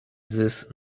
dix